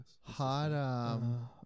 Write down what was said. hot